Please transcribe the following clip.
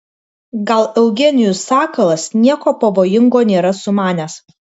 gal eugenijus sakalas nieko pavojingo nėra sumanęs